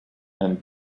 and